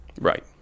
Right